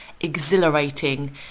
exhilarating